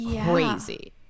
crazy